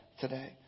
today